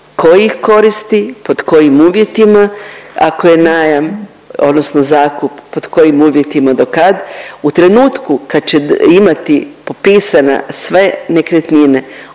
ko ih koristi, pod kojim uvjetima, ako je najam odnosno zakup po kojim uvjetima do kad. U trenutku kad će imati popisana sve nekretnine